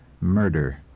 murder